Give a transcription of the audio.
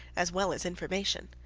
as well as information.